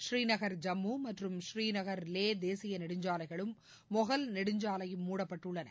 ஸ்ரீநகர் ஜம்மு மற்றும் ஸ்ரீநகர் லே தேசிய நெடுஞ்சாலைகளும் மொஹல் நெடுஞ்சாலையும் முடப்பட்டுள்ளன